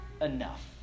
enough